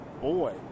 boy